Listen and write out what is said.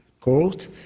Court